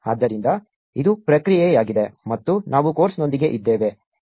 ಆದ್ದರಿಂದ ಇದು ಪ್ರತಿಕ್ರಿಯೆಯಾಗಿದೆ ಮತ್ತು ನಾವು ಕೋರ್ಸ್ನೊಂದಿಗೆ ಇದ್ದೇವೆ